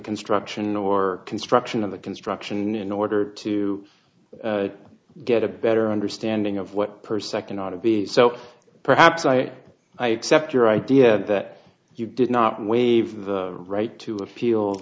construction or construction of the construction in order to get a better understanding of what per second ought to be so perhaps like i accept your idea that you did not waive the right to a